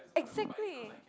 exactly